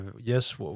yes